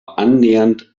annähernd